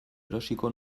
erosiko